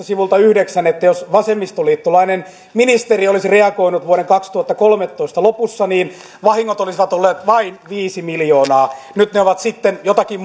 sivulta yhdeksän että jos vasemmistoliittolainen ministeri olisi reagoinut vuoden kaksituhattakolmetoista lopussa niin vahingot olisivat olleet vain viisi miljoonaa nyt ne ovat sitten jotakin